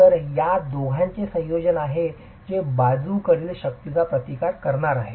तर हे या दोघांचे संयोजन आहे जे बाजूकडील शक्तीचा प्रतिकार करणार आहे